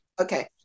Okay